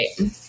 right